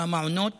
במעונות